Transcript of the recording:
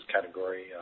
category